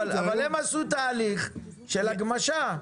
הם עשו תהליך של הגמשה.